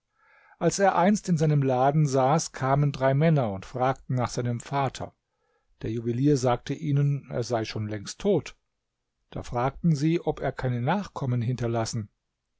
als er einst in seinem laden saß kamen drei männer und fragten nach seinem vater der juwelier sagte ihnen er sei schon längst tot da fragten sie ob er keine nachkommen hinterlassen